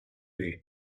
vue